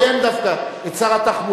אני מוכרח לציין דווקא את שר התחבורה,